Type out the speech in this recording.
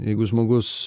jeigu žmogus